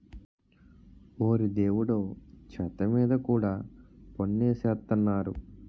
ఓరి దేవుడో చెత్త మీద కూడా పన్ను ఎసేత్తన్నారు